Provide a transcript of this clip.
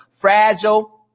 fragile